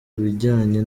ibijyanye